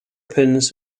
pins